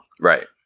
Right